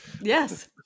Yes